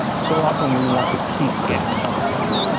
so often we want to keep things from god.